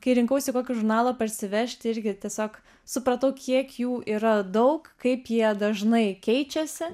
kai rinkausi kokį žurnalą parsivežti irgi tiesiog supratau kiek jų yra daug kaip jie dažnai keičiasi